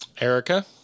Erica